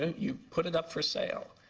and you put it up for sale.